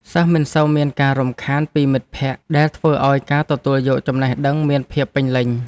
សិស្សមិនសូវមានការរំខានពីមិត្តភក្តិដែលធ្វើឱ្យការទទួលយកចំណេះដឹងមានភាពពេញលេញ។